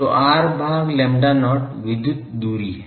तो r भाग lambda not विद्युत दूरी है